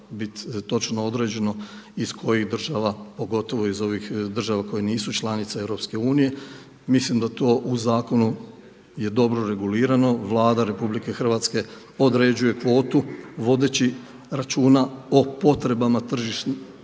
bit točno određeno iz kojih država pogotovo iz ovih država koje nisu članice EU mislim da to u zakonu je dobro regulirano, Vlada RH određuje kvotu vodeći računa o potrebama tržišta